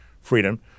freedom